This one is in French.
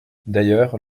d’ailleurs